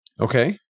okay